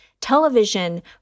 television